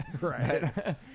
Right